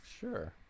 Sure